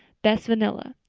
best vanilla.